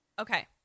Okay